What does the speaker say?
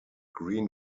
green